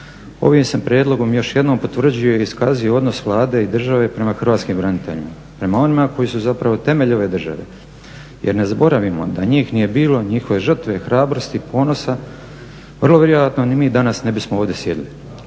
Ovim se prijedlogom još jednom potvrđuje i iskazuje odnos Vlade i države prema hrvatskim braniteljima, prema onima koji su zapravo temelj ove države. Jer ne zaboravimo da njih nije bilo, njihove žrtve, hrabrosti, ponosa vrlo vjerojatno ni mi danas ne bismo ovdje sjedili.